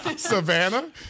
Savannah